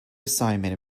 assignment